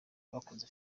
bakoze